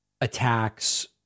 attacks